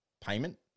payment